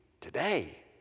today